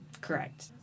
Correct